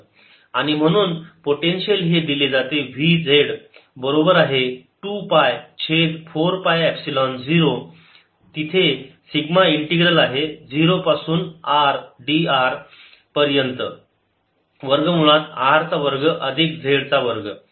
dQ2πrdr dVz0R14π02πrdrσr2z2 आणि म्हणून पोटेन्शियल हे दिले जाते Vz बरोबर आहे 2 पाय छेद 4 पाय एप्सिलॉन 0 तिथे सिग्मा इंटीग्रल आहे 0 पासून R r dr पर्यंत छेद वर्ग मुळात r वर्ग अधिक z वर्ग